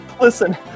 Listen